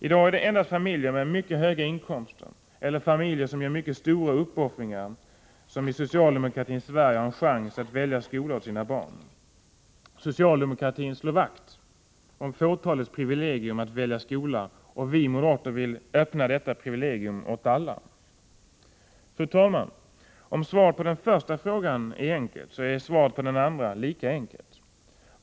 I dag är det endast familjer med mycket höga inkomster eller familjer som gör mycket stora uppoffringar som i socialdemokratins Sverige har en chans att välja skola åt sina barn. Socialdemokratin slår vakt om fåtalets privilegium att välja skola. Vi moderater vill ändra denna rätt från att vara ett privilegium till att omfatta alla. Om svaret på den första frågan är enkelt, är svaret på den andra lika enkelt.